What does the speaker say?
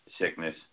Sickness